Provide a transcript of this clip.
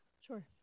Sure